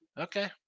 Okay